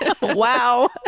wow